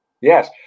Yes